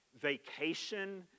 vacation